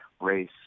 race